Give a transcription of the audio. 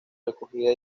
recogida